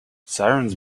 sirens